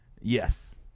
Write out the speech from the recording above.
yes